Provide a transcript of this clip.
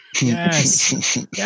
Yes